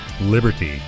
liberty